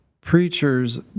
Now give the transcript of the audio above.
preachers